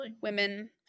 women